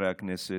חברי הכנסת,